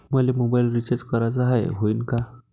मले mobile recharge कराचा हाय, होईनं का?